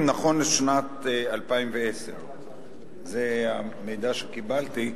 נכון לשנת 2010. זה המידע שקיבלתי,